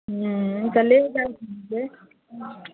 हूँ तऽ ले जाउ